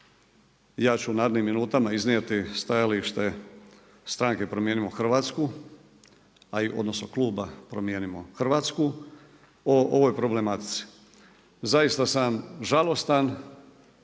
ja ću u narednim minutama iznijeti stajalište stranke Promijenimo Hrvatsku, a i kluba Promijenimo Hrvatsku o ovoj problematici. Zaista sam žalostan